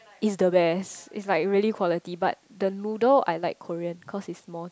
is the best is like really quality but the noodle I like Korean cause it's most